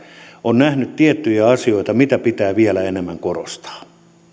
on nähnyt tiettyjä asioita mitä pitää vielä enemmän korostaa